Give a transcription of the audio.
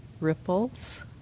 ripples